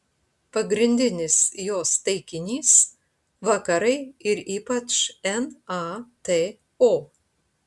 pagrindinis jos taikinys vakarai ir ypač nato